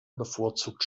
bevorzugt